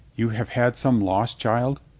you have had some loss, child?